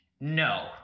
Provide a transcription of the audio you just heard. No